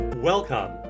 Welcome